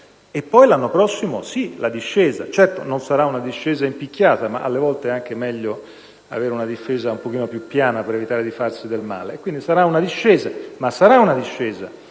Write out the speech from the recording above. Poi l'anno prossimo, la discesa. Certo, non sarà una discesa in picchiata, ma alle volte è anche meglio avere una discesa un po' più piana per evitare di farsi del male. Quindi, sarà una discesa, e lo sarà perché